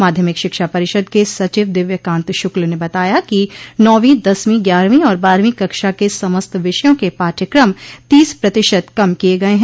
माध्यमिक शिक्षा परिषद के सचिव दिव्यकांत शुक्ल ने बताया कि नौवीं दसवीं ग्यारहवीं और बारहवीं कक्षा के समस्त विषयों के पाठ्यक्रम तीस प्रतिशत कम किये गये हैं